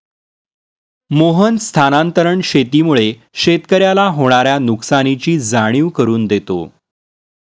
मोहन स्थानांतरण शेतीमुळे शेतकऱ्याला होणार्या नुकसानीची जाणीव करून देतो